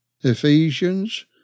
Ephesians